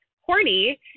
horny